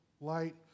light